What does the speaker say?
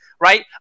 right